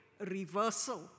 reversal